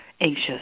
anxious